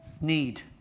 Need